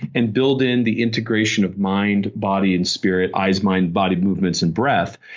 and build in the integration of mind, body and spirit. eyes, mind, body, movement and breath,